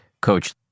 coach